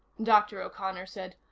dr. o'connor said,